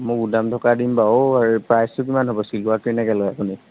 মোক গুদাম থকা দিম বাৰু আৰু প্ৰাইচটো কিমান হ'ব চিলোৱাত কেনেকৈ লয় আপুনি